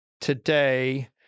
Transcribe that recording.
today